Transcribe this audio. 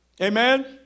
Amen